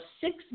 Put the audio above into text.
six